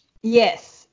Yes